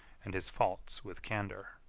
and his faults with candor.